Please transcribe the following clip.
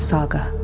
Saga